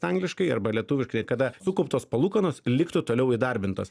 angliškai arba lietuviškai kada sukauptos palūkanos liktų toliau įdarbintos